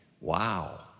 Wow